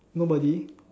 nobody